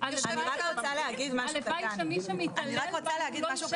אני רוצה להגיד שעוד לפני שלימור הגיעה והיינו